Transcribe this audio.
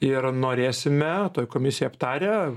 ir norėsime toj komisijoj aptarę